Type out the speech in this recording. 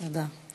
תודה.